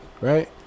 right